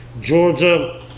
Georgia